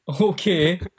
Okay